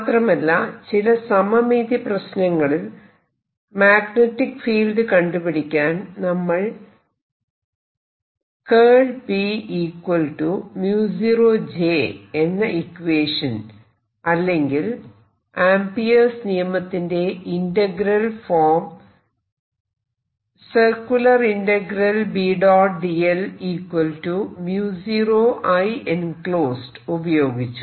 മാത്രമല്ല ചില സമമിതി പ്രശ്നങ്ങളിൽ മാഗ്നെറ്റിക് ഫീൽഡ് കണ്ടുപിടിക്കാൻ നമ്മൾ എന്ന ഇക്വേഷൻ അല്ലെങ്കിൽ ആംപിയേർസ് നിയമത്തിന്റെ ഇന്റഗ്രൽ ഫോം ഉപയോഗിച്ചു